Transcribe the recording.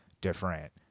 different